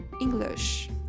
English